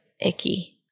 icky